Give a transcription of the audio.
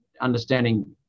understanding